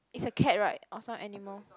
it's a cat right or some animal